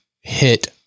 hit